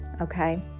okay